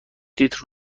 لیتر